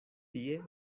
tie